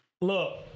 Look